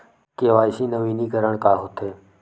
KYC नवीनीकरण का होथे?